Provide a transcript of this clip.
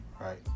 Right